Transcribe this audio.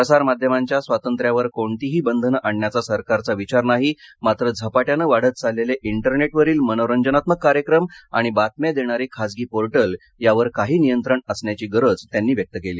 प्रसार माध्यमांच्या स्वातंत्र्यावर कोणतीही बंधनं आणण्याचा सरकारचा विचार नाही मात्र झपाट्यानं वाढत चाललेले इंटरनेट वरील मनोरंजनात्मक कार्यक्रम आणि बातम्या देणारी खाजगी पोर्टल यांवर काही नियंत्रण असण्याची गरज त्यांनी व्यक्त केली